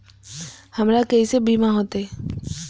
हमरा केसे बीमा होते?